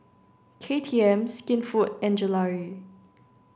K T M Skinfood and Gelare